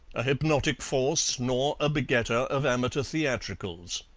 a hypnotic force nor a begetter of amateur theatricals.